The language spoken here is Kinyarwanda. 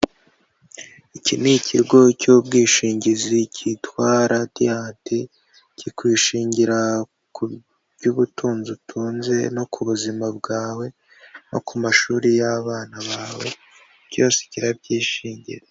Iki ni ikigo cy'ubwishingizi kitwa radiyanti cyo kwishingira ubutunzi utunze no ku buzima bwawe no ku mashuri y'abana bawe byose kirabyishingira.